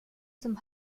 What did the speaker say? zum